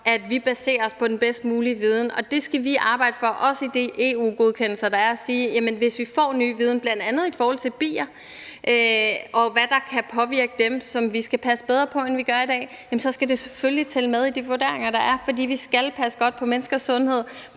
at vi baserer os på den bedst mulige viden, og det skal vi arbejde for, også i forbindelse med EU-godkendelserne. Vi skal sige, at hvis vi får ny viden, bl.a. i forhold til bier, og hvad der kan påvirke dem, så vi passer bedre på, end vi gør i dag, så skal det selvfølgelig tælle med i de vurderinger, der er, for vi skal passe godt på menneskers sundhed,